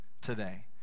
today